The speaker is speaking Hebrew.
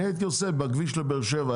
אני הייתי עושה בכביש לבאר שבע,